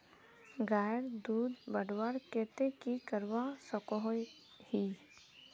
गायेर दूध बढ़वार केते की करवा सकोहो ही?